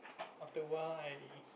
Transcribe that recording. after awhile I